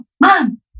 mom